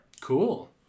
Cool